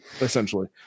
essentially